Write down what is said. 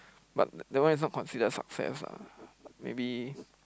but that one is not consider success ah maybe